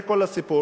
זה כל הסיפור.